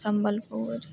Sambalpur